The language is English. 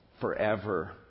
forever